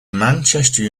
manchester